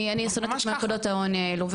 אני שונאת את מלכודות העוני האלו.